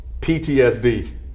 PTSD